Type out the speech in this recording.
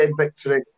victory